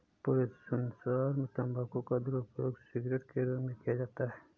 पूरे संसार में तम्बाकू का दुरूपयोग सिगरेट के रूप में किया जाता है